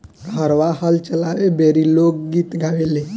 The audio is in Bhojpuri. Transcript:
हरवाह हल चलावे बेरी लोक गीत गावेले